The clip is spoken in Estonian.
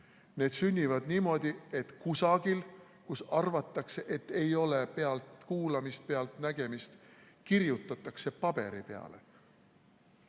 Need sünnivad niimoodi, et kusagil, kus arvatakse, et ei ole pealtkuulamist, pealtnägemist, kirjutatakse paberi peale.